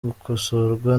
gukosorwa